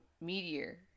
meteor